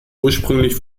ursprünglich